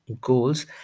goals